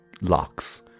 locks